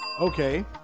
Okay